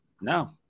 No